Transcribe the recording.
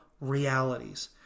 Realities